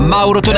Mauro